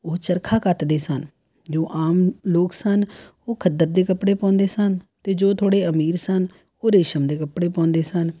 ਉਹ ਚਰਖਾ ਕੱਤਦੇ ਸਨ ਜੋ ਆਮ ਲੋਕ ਸਨ ਉਹ ਖੱਦਰ ਦੇ ਕੱਪੜੇ ਪਾਉਂਦੇ ਸਨ ਅਤੇ ਜੋ ਥੋੜ੍ਹੇ ਅਮੀਰ ਸਨ ਉਹ ਰੇਸ਼ਮ ਦੇ ਕੱਪੜੇ ਪਾਉਂਦੇ ਸਨ